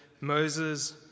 Moses